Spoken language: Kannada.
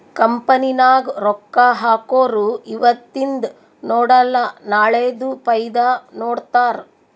ಕಂಪನಿ ನಾಗ್ ರೊಕ್ಕಾ ಹಾಕೊರು ಇವತಿಂದ್ ನೋಡಲ ನಾಳೆದು ಫೈದಾ ನೋಡ್ತಾರ್